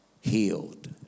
healed